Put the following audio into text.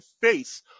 face